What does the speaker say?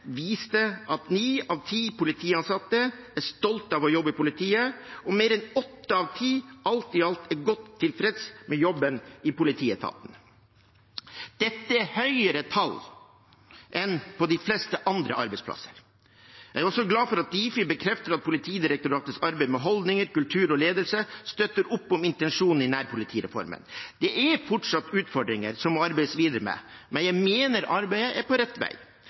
viste at ni av ti politiansatte er stolt av å jobbe i politiet og mer enn åtte av ti er alt i alt godt tilfreds med jobben i politietaten. Dette er høyere tall enn på de fleste andre arbeidsplasser. Jeg er også glad for at Difi bekrefter at Politidirektoratets arbeid med holdninger, kultur og ledelse støtter opp om intensjonen i nærpolitireformen. Det er fortsatt utfordringer som må arbeides videre med, men jeg mener arbeidet er på rett vei.